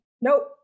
nope